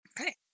Okay